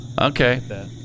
Okay